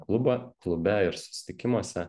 klubą klube ir susitikimuose